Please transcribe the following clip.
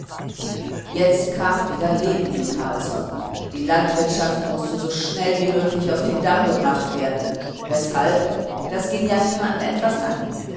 jetzt kam wieder leben in carlsson die landwirtschaft mußte so schnell als möglich auf den damm gebracht werden weshalb das ging ja niemanden etwas an